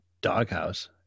doghouse